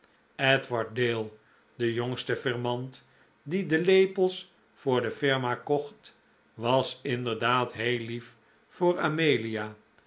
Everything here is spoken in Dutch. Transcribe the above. edward dale de jongste flrmant die de lepels voor de firma kocht was inderdaad heel lief voor amelia